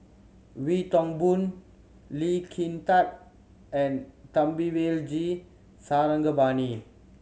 Wee Toon Boon Lee Kin Tat and Thamizhavel G Sarangapani